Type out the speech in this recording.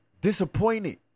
disappointed